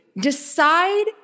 Decide